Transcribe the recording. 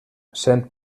sent